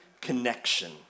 connection